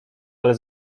ale